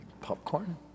Popcorn